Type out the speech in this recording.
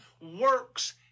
works